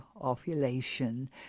ovulation